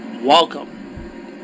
Welcome